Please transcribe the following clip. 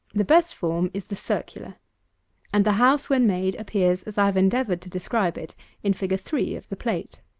the best form is the circular and the house, when made, appears as i have endeavoured to describe it in fig. three of the plate.